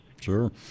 Sure